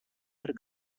her